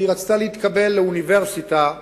והיא רצתה להתקבל לאוניברסיטה בליטא,